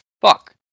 fuck